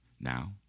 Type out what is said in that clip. Now